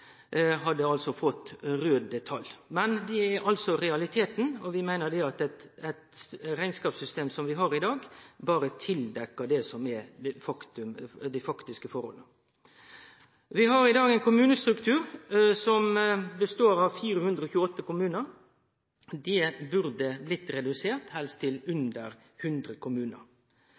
fått raude tal. Dette er altså realiteten. Vi meiner at det rekneskapssystemet som vi har i dag, berre tildekkjer dei faktiske forholda. Vi har i dag ein kommunestruktur som består av 428 kommunar. Dei burde blitt reduserte, helst til under 100 kommunar.